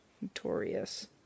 Notorious